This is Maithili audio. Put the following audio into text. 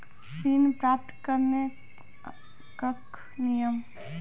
ऋण प्राप्त करने कख नियम?